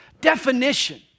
definition